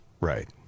Right